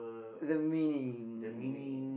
the meaning